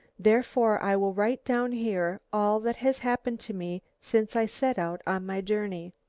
therefore i will write down here all that has happened to me since i set out on my journey.